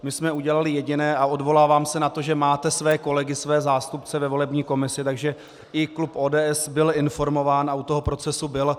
My jsme udělali jediné, a odvolávám se na to, že máte své kolegy, své zástupce ve volební komisi, takže i klub ODS byl informován a u toho procesu byl.